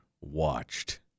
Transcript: watched